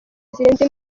zirenze